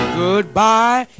goodbye